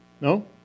No